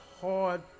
hard